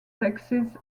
sexes